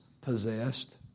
possessed